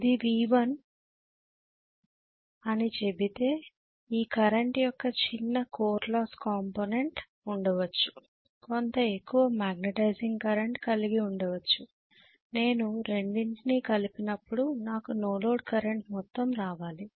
ఇది V1 అని చెబితే ఆ కరెంట్ యొక్క చిన్న కోర్ లాస్ కాంపోనెంట్ ఉండవచ్చు కొంత ఎక్కువ మాగ్నెటైజింగ్ కరెంట్ కలిగి ఉండవచ్చు నేను రెండింటినీ కలిపినప్పుడు నాకు నో లోడ్ కరెంట్ మొత్తం రావాలి